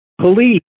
police